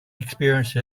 experience